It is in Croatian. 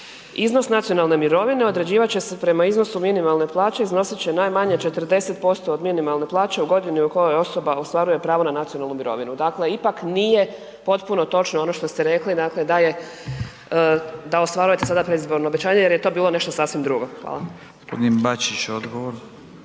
Iznos nacionalne mirovine određivat će se prema iznosu minimalne plaće i iznosit će najmanje 40% od minimalne plaće u godini u kojoj osoba ostvaruje pravo na nacionalnu mirovinu. Dakle, ipak nije potpuno točno ono što ste rekli, dakle da je, da ostvarujete sada predizborno obećanje jer je to bilo nešto sasvim drugo. Hvala.